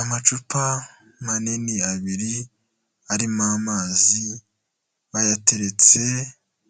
Amacupa manini abiri arimo amazi, bayateretse